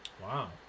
Wow